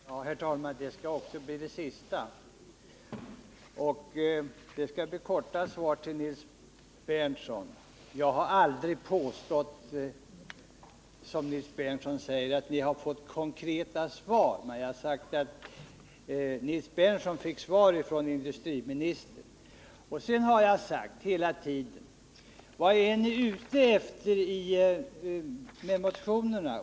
Herr talman! Detta skall bli det sista jag säger i den här debatten, och det skall bli ett kort svar till Nils Berndtson. Jag har aldrig påstått, som Nils Berndtson säger, att ni har fått konkreta svar. Men jag har sagt att Nils Berndtson fick svar från industriministern. Sedan har jag hela tiden frågat: Vad är ni ute efter i era motioner?